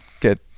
get